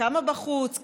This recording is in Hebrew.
כמה בחוץ,